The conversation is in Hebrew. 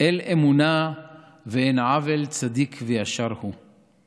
אל אמונה ואין עול, צדיק וישר הוא".